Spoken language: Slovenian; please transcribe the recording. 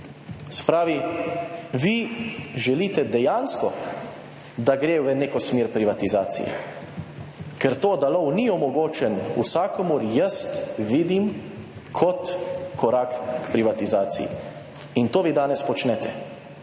pravi, vi želite dejansko, da gre v neko smer privatizacije. Ker to, da lov ni omogočen vsakomur, jaz vidim kot korak k privatizaciji, in to vi danes počnete.